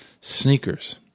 sneakers